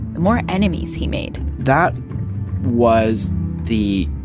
the more enemies he made that was the